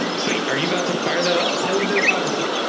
sweet. are you about to fire that up? i was gonna fire this up,